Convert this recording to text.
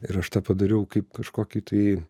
ir aš tą padariau kaip kažkokį tai